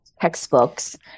textbooks